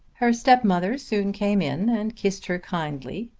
her stepmother soon came in and kissed her kindly.